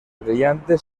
brillante